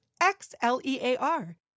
X-L-E-A-R